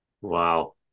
Wow